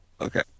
Okay